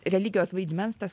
religijos vaidmens tas